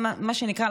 מה שנקרא,